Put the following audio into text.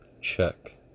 Check